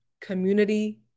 community